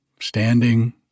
standing